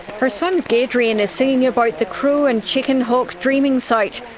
her son gadrian is singing about the crow and chicken hawk dreaming site,